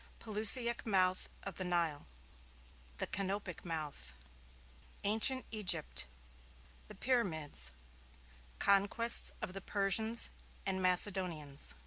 pelusiac mouth of the nile the canopic mouth ancient egypt the pyramids conquests of the persians and macedonians